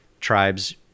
tribes